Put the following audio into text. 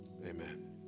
Amen